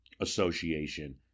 association